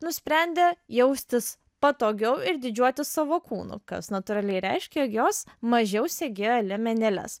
nusprendė jaustis patogiau ir didžiuotis savo kūnu kas natūraliai reiškia jog jos mažiau segėjo liemenėles